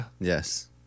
Yes